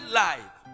life